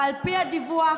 ועל פי הדיווח,